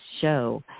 show